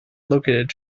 located